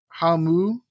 Hamu